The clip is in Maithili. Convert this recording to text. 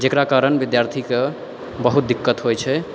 जेकरा कारण विद्यार्थीके बहुत दिक्कत होइ छै